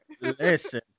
Listen